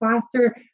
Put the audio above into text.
faster